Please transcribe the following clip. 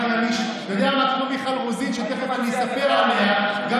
אתה יודע, אפרופו מיכל רוזין, שתכף אספר עליה, גם